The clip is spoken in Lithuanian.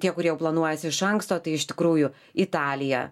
tie kurie jau planuojasi iš anksto tai iš tikrųjų italija